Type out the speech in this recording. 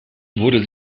wurde